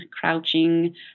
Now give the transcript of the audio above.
crouching